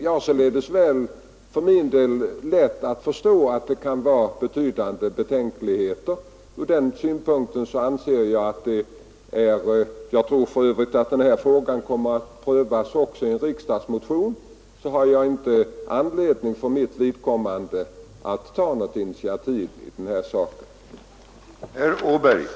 Jag kan således för min del lätt förstå att det kan råda betydande betänkligheter i detta fall. Jag tror för övrigt att frågan kommer att prövas också vid behandlingen av en riksdagsmotion. Därför har jag för mitt vidkommande inte anledning att ta några initiativ i denna sak. förbättra arbetslöshetsstatistiken